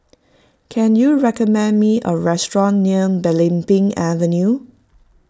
can you recommend me a restaurant near Belimbing Avenue